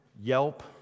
Yelp